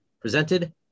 presented